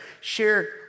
share